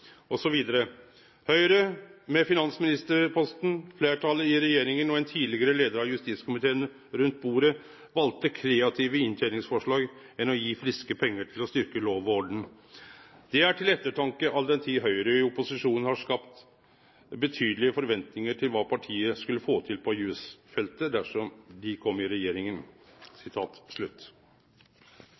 med finansministerposten, flertallet i regjeringen og en tidligere leder av justiskomiteen rundt bordet valgte kreative inntjeningsforslag heller enn å gi friske penger til å styrke lov og orden. Det er til ettertanke, all den tid Høyre i opposisjon hadde skapt betydelige forventninger for hva partiet skulle få til på justisfeltet dersom det kom i